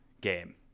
game